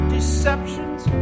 Deceptions